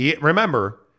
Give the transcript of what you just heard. Remember